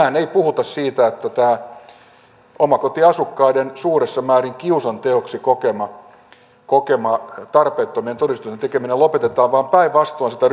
enää ei puhuta siitä että tämä omakotiasukkaiden suuressa määrin kiusanteoksi kokema tarpeettomien todistusten tekeminen lopetetaan vaan päinvastoin sitä ryhdytään laajentamaan